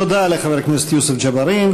תודה לחבר הכנסת יוסף ג'בארין.